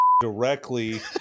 directly